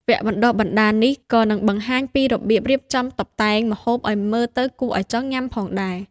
វគ្គបណ្ដុះបណ្ដាលនេះក៏នឹងបង្ហាញពីរបៀបរៀបចំតុបតែងម្ហូបឱ្យមើលទៅគួរឱ្យចង់ញ៉ាំផងដែរ។